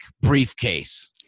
briefcase